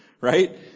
right